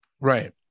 Right